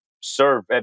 serve